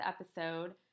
episode